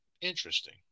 Interesting